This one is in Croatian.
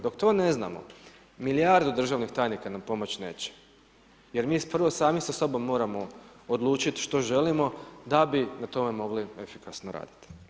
Dok to ne znamo, milijardu državnih tajnika nam pomoći neće jer mi prvo sami sa sobom moramo odlučiti što želimo da bi na tome mogli efikasno raditi.